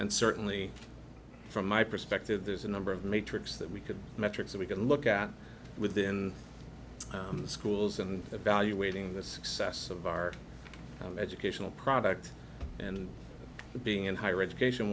and certainly from my perspective there's a number of matrix that we could metrics that we could look at within the schools and evaluating the success of our educational product and being in higher education